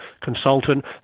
consultant